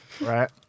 right